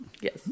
yes